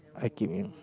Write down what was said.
I keep young